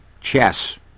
chess